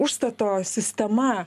užstato sistema